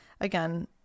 again